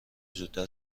زودتر